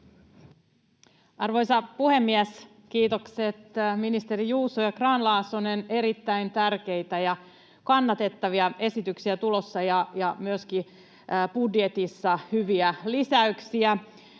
Arvoisa puhemies! Kiitokset, ministerit Juuso ja Grahn-Laasonen, erittäin tärkeitä ja kannatettavia esityksiä tulossa ja myöskin budjetissa hyviä lisäyksiä.